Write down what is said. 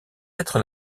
être